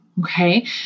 Okay